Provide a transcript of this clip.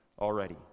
already